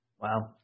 Wow